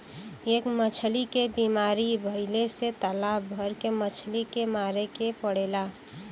एक मछली के बीमारी भइले से तालाब भर के मछली के मारे के पड़ेला